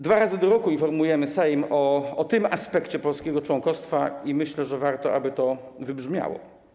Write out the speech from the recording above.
Dwa razy do roku informujemy Sejm o tym aspekcie polskiego członkostwa i myślę, że warto, aby to wybrzmiało.